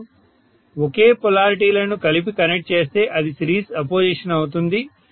నేను ఒకే పొలారిటీలను కలిపి కనెక్ట్ చేస్తే అది సిరీస్ అపోజిషన్ అవుతుంది